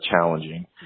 challenging